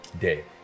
day